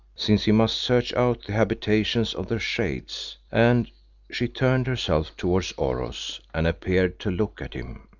since he must search out the habitations of the shades, and she turned herself towards oros and appeared to look at him.